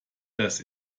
dass